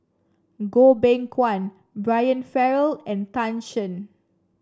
Goh Beng Kwan Brian Farrell and Tan Shen